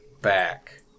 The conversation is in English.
back